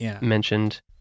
mentioned